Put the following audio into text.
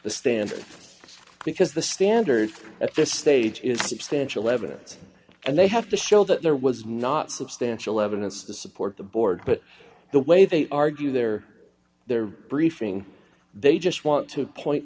the standard because the standard at this stage is substantial evidence and they have to show that there was not substantial evidence to support the board but the way they argue their their briefing they just want to point